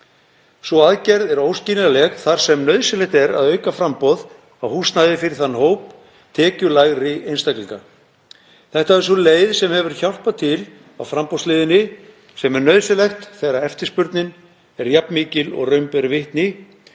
Sú aðgerð er óskiljanleg þar sem nauðsynlegt er að auka framboð á húsnæði fyrir þann hóp tekjulægri einstaklinga. Þetta er sú leið sem hefur hjálpað til á framboðshliðinni sem er nauðsynlegt þegar eftirspurnin er jafn mikil og raun ber vitni.